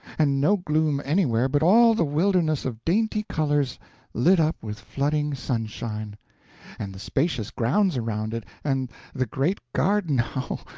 and no gloom anywhere, but all the wilderness of dainty colors lit up with flooding sunshine and the spacious grounds around it, and the great garden,